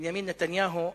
בנימין נתניהו,